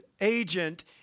agent